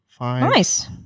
Nice